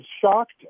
shocked